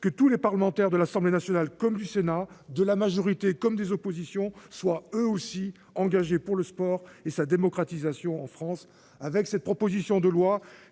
loi, tous les parlementaires, de l'Assemblée nationale comme du Sénat, de la majorité comme des oppositions, soient eux aussi engagés pour le sport et sa démocratisation en France. Son texte compte